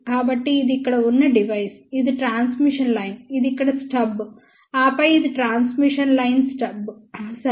కాబట్టి ఇది ఇక్కడ ఉన్న డివైస్ ఇది ట్రాన్స్మిషన్ లైన్ ఇది ఇక్కడ స్టబ్ ఆపై ఇది ట్రాన్స్మిషన్ లైన్ స్టబ్ సరే